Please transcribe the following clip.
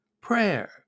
prayer